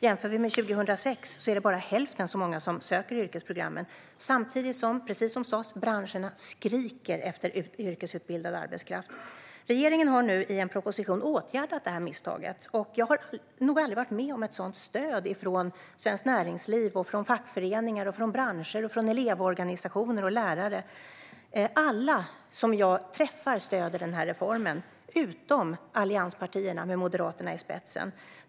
Jämför vi med 2006 är det bara hälften så många som söker yrkesprogrammen, samtidigt som branscherna skriker efter yrkesutbildad arbetskraft. Regeringen har nu i en proposition åtgärdat detta misstag, och jag har nog aldrig varit med om ett sådant stöd från Svenskt Näringsliv, fackföreningar, branscher, elevorganisationer och lärare. Alla som jag träffar stöder den här reformen - utom allianspartierna med Moderaterna i spetsen.